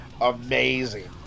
Amazing